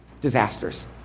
disasters